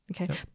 Okay